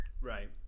right